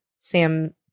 Sam